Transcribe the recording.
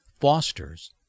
fosters